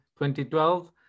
2012